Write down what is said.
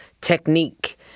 technique